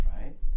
right